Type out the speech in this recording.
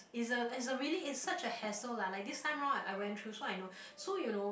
is a is a really it's such a hassle lah like this time round I went through so I know so you know